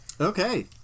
Okay